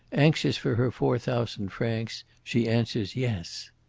anxious for her four thousand francs, she answers yes.